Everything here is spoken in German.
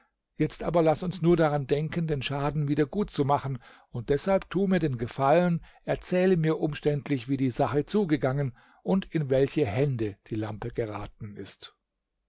jetzt aber laß uns nur daran denken den schaden wieder gut zu machen und deshalb tu mir den gefallen erzähle mir umständlich wie die sache zugegangen und in welche hände die lampe geraten ist